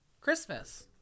Christmas